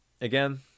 again